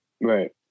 right